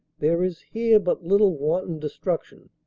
there is here but little wan ton destruction,